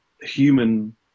Human